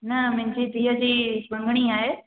न मुंहिंजी धीउ जी मंगणी आहे